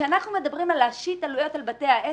כשאנחנו מדברים על להשית עלויות על בתי העסק,